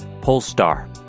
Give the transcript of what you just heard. Polestar